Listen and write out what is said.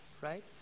right